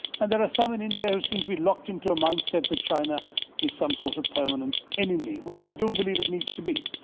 and there are some in india who seem to be locked into a mindset that china is some sort of permanent enemy. which i don't believe it needs to be.